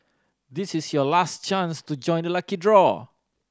this is your last chance to join the lucky draw